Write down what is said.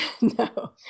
No